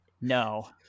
no